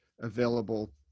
available